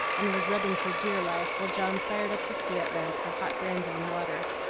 and was rubbing for dear life while john fired up the spirit lamp for hot brandy and water,